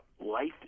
life